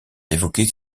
évoquer